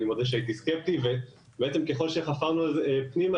אני מודה שהייתי סקפטי וככל שחפרנו פנימה